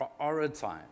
prioritize